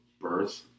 birth